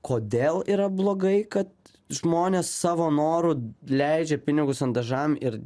kodėl yra blogai kad žmonės savo noru leidžia pinigus an dažam ir